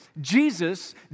Jesus